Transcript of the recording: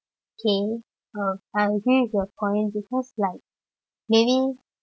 okay uh I agree with your point because like maybe